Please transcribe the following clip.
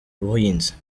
buhinzi